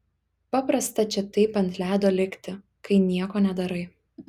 paprasta čia taip ant ledo likti kai nieko nedarai